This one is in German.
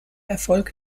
erfolg